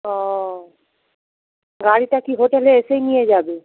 ও গাড়িটা কি হোটেলে এসেই নিয়ে যাবে